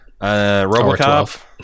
RoboCop